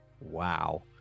wow